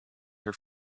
her